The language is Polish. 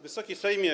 Wysoki Sejmie!